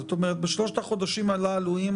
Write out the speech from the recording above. בשלושת החודשים הללו, אם